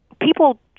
people